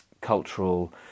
cultural